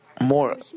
more